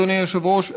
אדוני היושב-ראש,